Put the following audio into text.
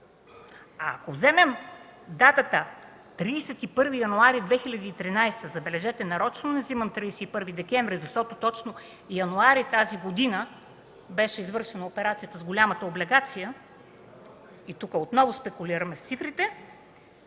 А ако вземем датата 31 януари 2013 г. – забележете, нарочно не вземам 31 декември, защото точно януари тази година беше извършена операцията с голямата облигация и тук отново спекулираме с цифрите